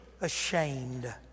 ashamed